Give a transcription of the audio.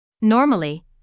Normally